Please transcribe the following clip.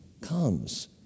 comes